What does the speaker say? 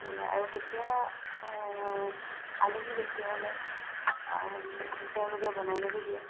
বোলে আৰু কেতিয়াবা আলহী বেছি হ'লে তেওঁলোকে বনাই মেলি দিয়ে